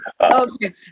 okay